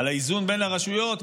על האיזון בין הרשויות,